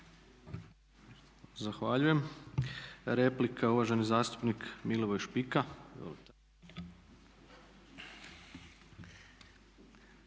Zahvaljujem. Replika, uvaženi zastupnik Davor Penić.